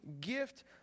gift